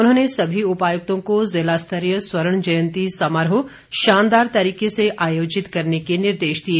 उन्होंने सभी उपायक्तों को जिला स्तरीय स्वर्ण जयंती समारोह शानदार तरीके से आयोजित करने के निर्देश दिए